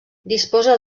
disposa